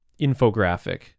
infographic